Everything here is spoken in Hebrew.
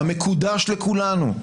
המקודש לכולנו.